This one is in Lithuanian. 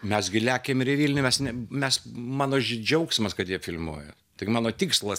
mes gi lekiam ir vilniuje mes ne mes mano džiaugsmas kad jie filmuoja tik mano tikslas